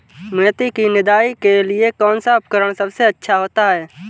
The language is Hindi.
मेथी की निदाई के लिए कौन सा उपकरण सबसे अच्छा होता है?